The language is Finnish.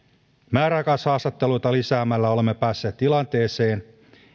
määräaikaishaastatteluita lisäämällä olemme päässeet tilanteeseen